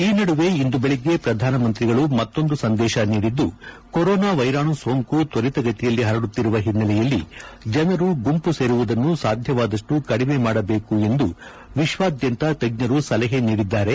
ಈ ನಡುವೆ ಇಂದು ಬೆಳಿಗ್ಗೆ ಪ್ರಧಾನಮಂತ್ರಿಗಳು ಮತ್ತೊಂದು ಸಂದೇಶ ನೀಡಿದ್ದು ಕೊರೋನಾ ವೈರಾಣು ಸೋಂಕು ತ್ವರಿತಗತಿಯಲ್ಲಿ ಹರಡುತ್ತಿರುವ ಹಿನ್ನೆಲೆಯಲ್ಲಿ ಜನರು ಗುಂಪು ಸೇರುವುದನ್ನು ಸಾಧ್ಯವಾದಷ್ನೂ ಕಡಿಮೆ ಮಾಡಬೇಕು ಎಂದು ವಿಶ್ವಾದ್ಯಂತ ತಜ್ಞರು ಸಲಹೆ ನೀಡಿದ್ದಾರೆ